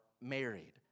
married